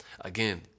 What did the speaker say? Again